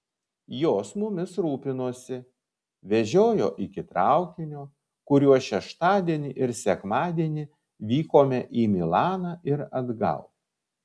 jos mumis rūpinosi vežiojo iki traukinio kuriuo šeštadienį ir sekmadienį vykome į milaną ir atgal